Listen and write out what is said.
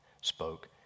spoke